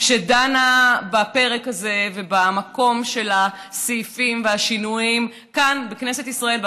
שדנה בפרק הזה ובמקום של הסעיפים והשינויים כאן בכנסת ישראל.